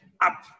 up